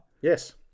Yes